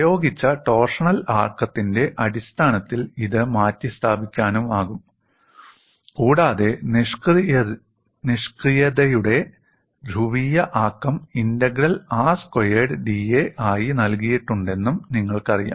പ്രയോഗിച്ച ടോർഷണൽ ആക്കത്തിന്റെ അടിസ്ഥാനത്തിൽ ഇത് മാറ്റിസ്ഥാപിക്കാനാകും കൂടാതെ നിഷ്ക്രിയതയുടെ ധ്രുവീയ ആക്കം 'ഇന്റഗ്രൽ ആർ സ്ക്വയേർഡ് dA' ആയി നൽകിയിട്ടുണ്ടെന്നും നിങ്ങൾക്കറിയാം